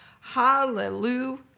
Hallelujah